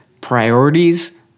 priorities